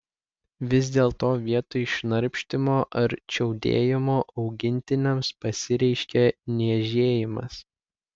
vis dėlto vietoj šnarpštimo ar čiaudėjimo augintiniams pasireiškia niežėjimas